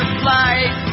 flight